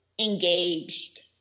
engaged